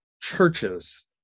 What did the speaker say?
churches